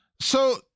So-